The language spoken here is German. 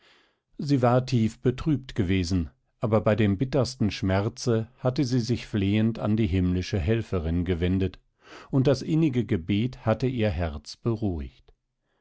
sie war tief betrübt gewesen aber bei dem bittersten schmerze hatte sie sich flehend an die himmlische helferin gewendet und das innige gebet hatte ihr herz beruhigt